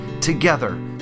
together